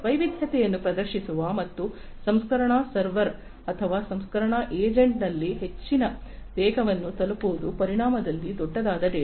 ವೈವಿಧ್ಯತೆಯನ್ನು ಪ್ರದರ್ಶಿಸುವ ಮತ್ತು ಸಂಸ್ಕರಣಾ ಸರ್ವರ್ ಅಥವಾ ಸಂಸ್ಕರಣಾ ಏಜೆಂಟ್ ನಲ್ಲಿ ಹೆಚ್ಚಿನ ವೇಗವನ್ನು ತಲುಪುವ ಪರಿಮಾಣದಲ್ಲಿ ದೊಡ್ಡದಾದ ಡೇಟಾ